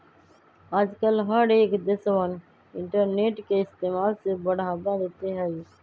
आजकल हर एक देशवन इन्टरनेट के इस्तेमाल से बढ़ावा देते हई